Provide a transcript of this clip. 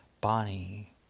Bonnie